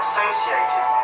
associated